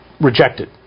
rejected